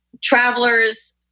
travelers